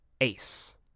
Ace